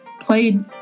played